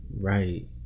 Right